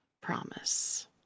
promise